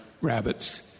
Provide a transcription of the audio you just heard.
rabbits